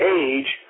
age